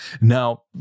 Now